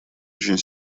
очень